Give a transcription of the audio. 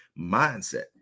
Mindset